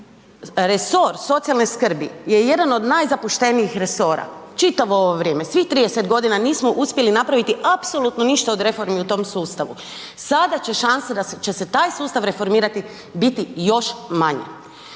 resor socijalne skrbi je jedan od najzapuštenijih resora. Čitavo ovo vrijeme svih 30 godina nismo uspjeli napraviti apsolutno ništa od reformi u tom sustavu, sada će šanse da će se taj sustav reformirati biti još manji.